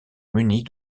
munies